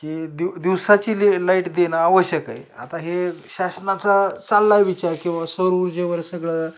की दिव दिवसाची लि लाईट देणं आवश्यक आहे आता हे शासनाचा चाललाय विचार की बाबा सौरऊर्जेवर सगळं